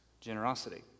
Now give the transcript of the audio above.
generosity